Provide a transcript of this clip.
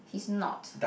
he's not